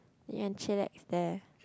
you can chillax there